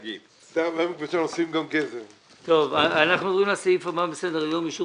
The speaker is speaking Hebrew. אנחנו עוברים לסעיף הבא בסדר היום אישור